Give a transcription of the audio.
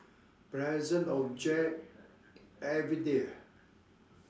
present object everyday ah